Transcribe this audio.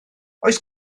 oes